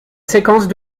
séquence